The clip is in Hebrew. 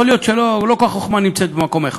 יכול להיות שלא, לא כל החוכמה נמצאת במקום אחד.